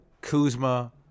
Kuzma